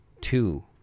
two